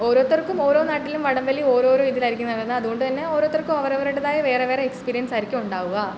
ഒരോർത്തർക്കും ഓരോ നാട്ടിലും വടം വലി ഓരോരോ ഇതിലായിരിക്കും നടക്കുന്നത് അതുകൊണ്ട് തന്നെ ഓരോരുത്തർക്കും അവരവരുടേതായ വേറെ വേറെ എക്സ്പീരിയൻസ് ആയിരിക്കും ഉണ്ടാവുക